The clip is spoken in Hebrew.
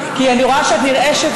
כי אני רואה שאת נרעשת.